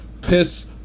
piss